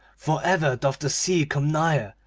for ever doth the sea come nigher,